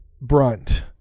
Brunt